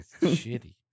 shitty